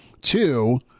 Two